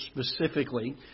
specifically